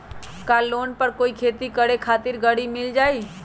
का लोन पर कोई भी खेती करें खातिर गरी मिल जाइ?